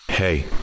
Hey